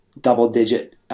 double-digit